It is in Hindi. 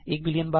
एक बिलियन बार